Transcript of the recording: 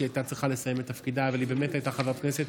אופיר כץ,